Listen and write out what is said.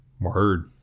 Word